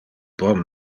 bon